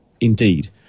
indeed